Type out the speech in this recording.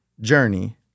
journey